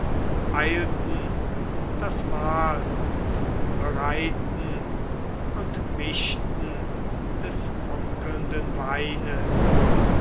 eilten das mahl zu bereiten und mischten des funkelnden weines